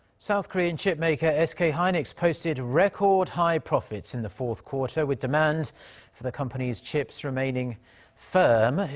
south korean chipmaker sk ah hynix posted record high profits in the fourth quarter, with demand for the company's chips remaining firm.